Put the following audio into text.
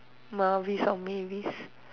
Mahvis not Mavis